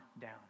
down